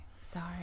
sorry